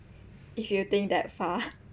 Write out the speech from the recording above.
if you think that far